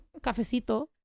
Cafecito